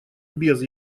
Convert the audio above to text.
без